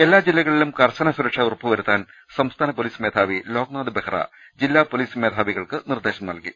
എല്ലാ ജില്ലകളിലും കർശന സുരക്ഷ ഉറ പ്പുവരുത്താൻ സംസ്ഥാന പൊലീസ് മേധാവി ലോക്നാഥ് ബെഹ്റ ജില്ലാ പൊലീസ് മേധാവികൾക്ക് നിർദ്ദേശം നൽകി